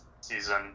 season